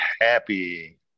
Happy